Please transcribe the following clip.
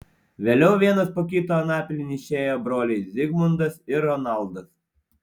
vėliau vienas po kito anapilin išėjo broliai zigmundas ir ronaldas